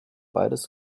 beides